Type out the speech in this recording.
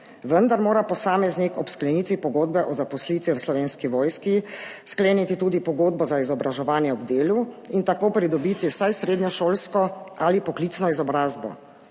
vendar mora posameznik ob sklenitvi pogodbe o zaposlitvi v Slovenski vojski skleniti tudi pogodbo za izobraževanje ob delu in tako pridobiti vsaj srednješolsko ali poklicno izobrazbo.